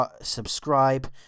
subscribe